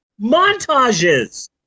montages